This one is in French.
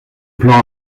plan